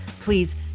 please